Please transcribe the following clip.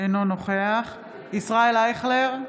אינו נוכח ישראל אייכלר,